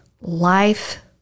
life